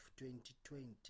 2020